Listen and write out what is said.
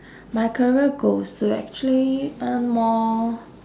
my career goal is to actually earn more